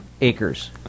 acres